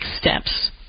steps